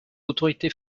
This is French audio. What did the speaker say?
autorités